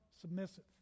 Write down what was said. submissive